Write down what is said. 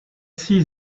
see